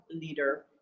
leader